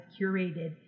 curated